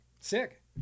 Sick